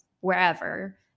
wherever